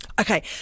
Okay